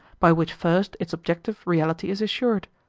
by which first its objective reality is assured.